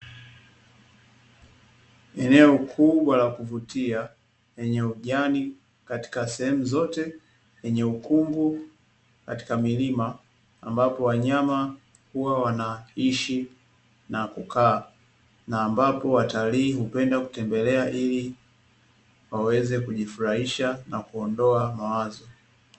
Eneo kubwa la kuvutia lenye kijani katika sehemu zote lenye ukungu katika milima, ambapo wanyama huwa wanaishi na kukaa, ambapo watalii hupenda kutembelea ili waweze kujifurahisha na kuondoa mawazo.